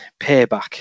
payback